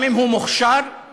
גם אם הוא מוכשר ומצטיין.